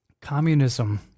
Communism